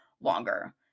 longer